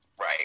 Right